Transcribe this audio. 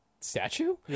statue